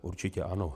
Určitě ano.